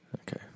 Okay